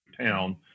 town